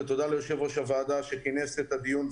הדיון.